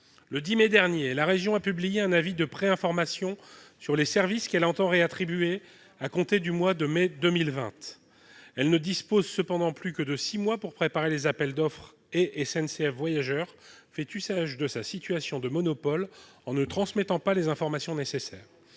Le 10 mai dernier, la région a publié un avis de pré-information sur les services qu'elle entend réattribuer à compter du mois de mai 2020. Elle ne dispose plus que de six mois pour préparer les appels d'offres, et SNCF Voyageurs profite de sa situation de monopole en ne transmettant pas les informations nécessaires.